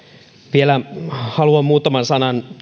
vielä haluan muutaman sanan